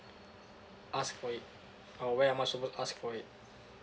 ask for it or where am I supposed to ask for it